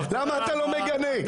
למה אתה לא מגנה?